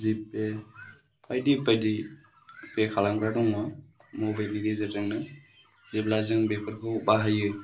GPay बायदि बायदि पे खालामग्रा दङ मबाइलनि गेजेरजोंनो जेब्ला जों बेफोरखौ बाहायो